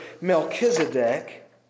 Melchizedek